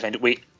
wait